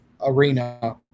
Arena